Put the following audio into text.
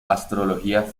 astrología